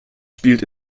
spielt